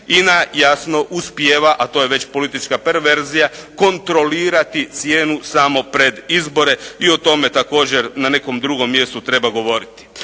INA jasno uspijeva, a to je već politička perverzija kontrolirati cijenu samo pred izbore i o tome također na nekom drugom mjestu treba govoriti.